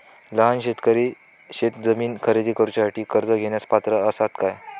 लहान शेतकरी शेतजमीन खरेदी करुच्यासाठी कर्ज घेण्यास पात्र असात काय?